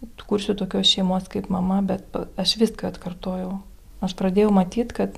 kursiu tokios šeimos kaip mama bet aš viską atkartojau aš pradėjau matyt kad